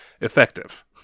effective